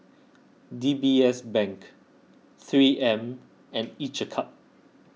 D B S Bank three M and each a cup